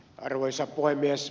arvoisa puhemies